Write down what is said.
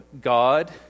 God